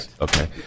Okay